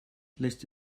lässt